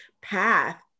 path